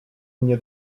mnie